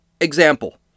example